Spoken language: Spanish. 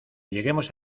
lleguemos